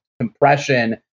compression